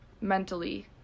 mentally